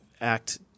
act